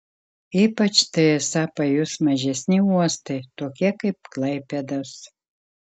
ypač tai esą pajus mažesni uostai tokie kaip klaipėdos